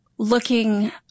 looking